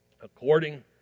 according